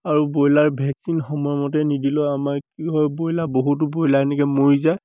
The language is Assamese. আৰু ব্ৰইলাৰ ভেকচিন সময়মতে নিদিলেও আমাৰ কি হয় ব্ৰইলাৰ বহুতো ব্ৰইলাৰ এনেকৈ মৰি যায়